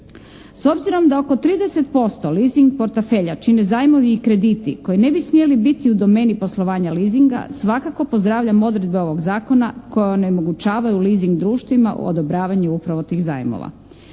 S obzirom da oko 30% leasing portfelja čine zajmovi i kredite koji ne bi smjeli biti u domeni poslovanja leasinga svakako pozdravljam odredbe ovog zakona koje onemogućavaju leasing društvima u odobravanju upravo tih zajmova.